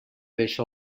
deixa